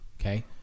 Okay